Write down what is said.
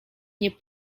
nie